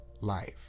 life